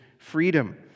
Freedom